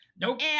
Nope